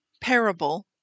parable